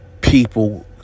people